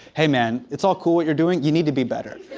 hey man, it's all cool what you're doing, you need to be better.